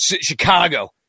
Chicago